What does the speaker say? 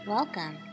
Welcome